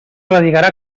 radicarà